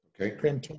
okay